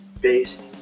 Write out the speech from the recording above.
based